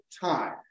time